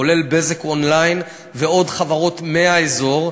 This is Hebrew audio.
כולל "בזק און-ליין" ועוד חברות מהאזור,